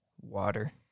water